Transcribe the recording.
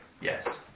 Yes